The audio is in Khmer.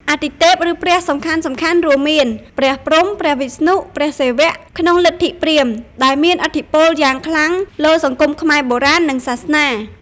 អាទិទេព ឬ ព្រះ សំខាន់ៗរួមមាន ព្រះព្រហ្ម ព្រះវិស្ណុ ព្រះសិវៈ ក្នុងលទ្ធិព្រាហ្មណ៍ដែលមានឥទ្ធិពលយ៉ាងខ្លាំងលើសង្គមខ្មែរបុរាណ និងសាសនា។